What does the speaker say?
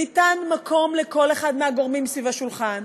ניתן מקום לכל אחד מהגורמים סביב השולחן,